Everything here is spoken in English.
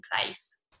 place